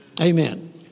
amen